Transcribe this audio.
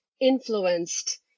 influenced